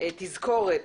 תזכורת